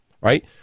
right